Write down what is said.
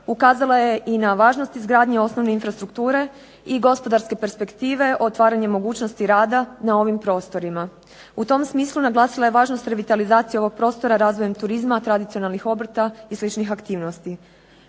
ukazala je i na važnost izgradnje osnovne infrastrukture i gospodarske perspektive, otvaranje mogućnosti rada na ovim prostorima. U tom smislu naglasila je važnost revitalizacije ovog prostora razvojem turizma tradicionalnih obrta i sličnih aktivnosti.